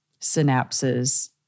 synapses